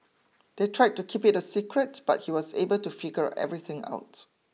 they tried to keep it a secret but he was able to figure everything out